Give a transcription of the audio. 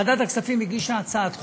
ועדת הכספים הגישה הצעת חוק,